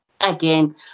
again